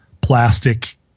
plastic